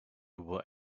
what